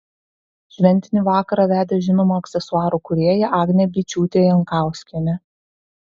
šventinį vakarą vedė žinoma aksesuarų kūrėja agnė byčiūtė jankauskienė